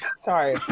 sorry